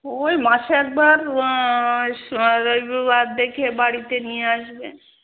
ওই মাসে একবার রবিবার দেখে বাড়িতে নিয়ে আসবে